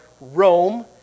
Rome